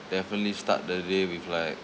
definitely start the day with like